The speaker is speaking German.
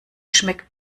schmeckt